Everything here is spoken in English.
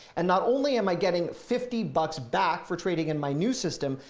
and not only am i getting fifty bucks back for trading in my new system,